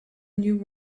new